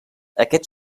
aquest